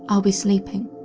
i'll be sleeping.